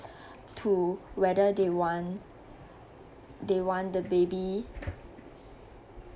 to whether they want they want the baby